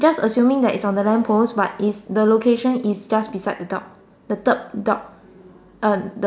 just assuming that is on the lamp post but is the location is just beside the dog the third dog